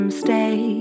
stay